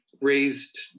raised